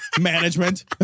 Management